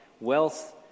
Wealth